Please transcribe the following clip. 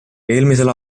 eelmisel